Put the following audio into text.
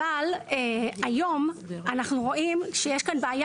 אבל היום אנחנו רואים שיש כאן בעיה